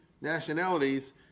nationalities